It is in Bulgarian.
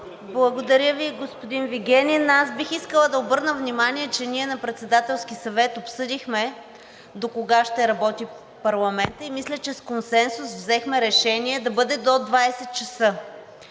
Благодаря Ви, господин Вигенин. Аз бих искала да обърна внимание, че ние на Председателски съвет обсъдихме докога ще работи парламентът, и мисля, че с консенсус взехме решение да бъде до 20,00 ч.